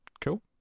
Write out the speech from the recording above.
Cool